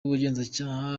ubugenzacyaha